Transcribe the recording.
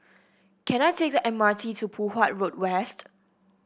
can I take the M R T to Poh Huat Road West